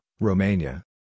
Romania